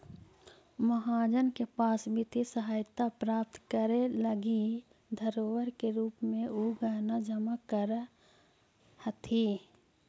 महाजन के पास वित्तीय सहायता प्राप्त करे लगी धरोहर के रूप में उ गहना जमा करऽ हथि